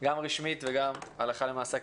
גם רשמית וגם הלכה למעשה.